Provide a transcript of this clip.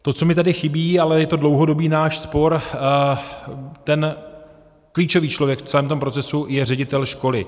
To, co mi tady chybí, ale je ten dlouhodobý náš spor ten klíčový člověk v celém tom procesu je ředitel školy.